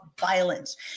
violence